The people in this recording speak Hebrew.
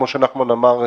כפי שנחמן שי אמר,